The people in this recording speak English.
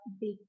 big